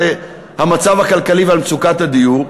על המצב הכלכלי ועל מצוקת הדיור.